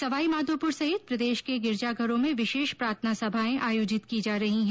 सवाईमाधोपुर सहित प्रदेश के गिरिजाघरों में विशेष प्रार्थना सभाएं आयोजित की जा रही हैं